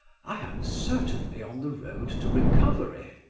i am certainly on the road to recovery,